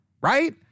right